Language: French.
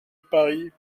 paris